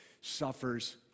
suffers